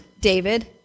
David